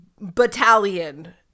battalion